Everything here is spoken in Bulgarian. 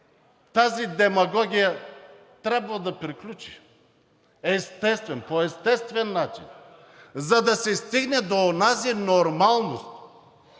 тази демагогия трябва да приключи естествено, по естествен начин, за да се стигне до онази нормалност